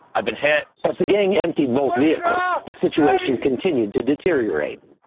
i've been hit. as the gang emptied both vehicles, the situation continued to deteriorate.